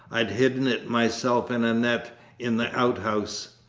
i'd hidden it myself in a net in the outhouse.